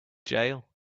jail